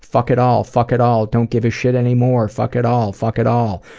fuck it all, fuck it all, don't give a shit anymore fuck it all, fuck it all,